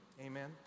Amen